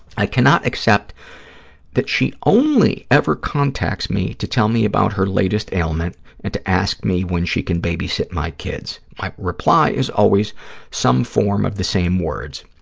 i cannot accept that she only ever contacts me to tell me about her latest ailment and to ask me when she can baby-sit my kids. my reply is always some form of the same words,